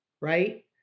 right